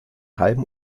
halben